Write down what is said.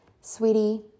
sweetie